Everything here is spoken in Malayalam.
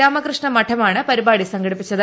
രാമകൃഷ്ണ മഠമാണ് പരിപാടി സംഘടിപ്പിച്ചത്